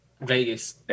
Vegas